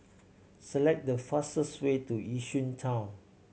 select the fastest way to Yishun Town